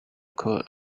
coat